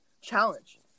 challenge